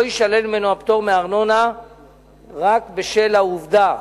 יישלל ממנו הפטור מארנונה רק בשל העובדה